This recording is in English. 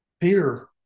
Peter